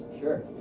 Sure